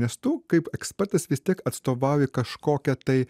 nes tu kaip ekspertas vis tiek atstovauji kažkokią tai